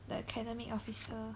the academic officer